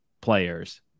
players